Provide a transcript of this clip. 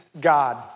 God